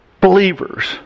believers